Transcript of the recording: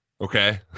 Okay